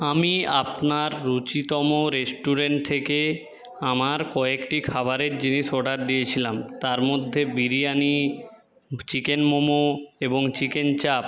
আমি আপনার রুচিতম রেস্টুরেন্ট থেকে আমার কয়েকটি খাবারের জিনিস অর্ডার দিয়েছিলাম তার মধ্যে বিরিয়ানি চিকেন মোমো এবং চিকেন চাপ